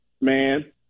man